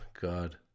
God